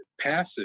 passive